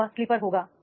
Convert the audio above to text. तो वह स्लीपर होगा